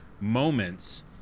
moments